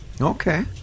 okay